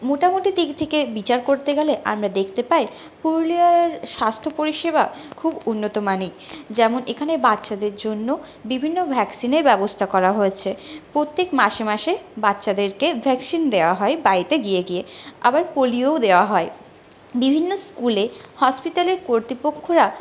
মোটামুটি দিক থেকে বিচার করতে গেলে আমরা দেখতে পাই পুরুলিয়ার স্বাস্থ্য পরিষেবা খুব উন্নতমানের যেমন এখানে বাচ্চাদের জন্য বিভিন্ন ভ্যাক্সিনের ব্যবস্থা করা হয়েছে প্রত্যেক মাসে মাসে বাচ্চাদেরকে ভ্যাকসিন দেওয়া হয় বাড়িতে গিয়ে গিয়ে আবার পোলিও দেওয়া হয় বিভিন্ন স্কুলে হসপিটালের কর্তৃপক্ষরা